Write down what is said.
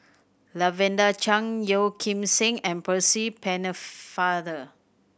Lavender Chang Yeo Kim Seng and Percy Pennefather